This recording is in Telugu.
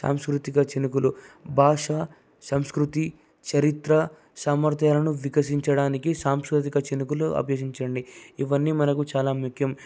సంస్కృతిక చినుకులు భాష సంస్కృతి చరిత్ర సామర్ధ్యాలను వికసించడానికి సాంస్కృతిక చినుకులు అభ్యసించండి ఇవన్నీ మనకు చాలా ముఖ్యం